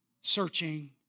searching